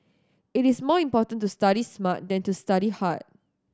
it is more important to study smart than to study hard